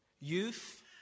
Youth